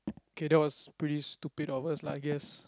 K that was pretty stupid of us lah I guess